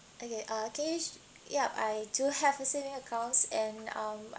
okay uh can y~ yup I do have a saving accounts and um